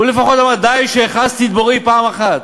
הוא לפחות אמר: די שהכעסתי את בוראי פעם אחת.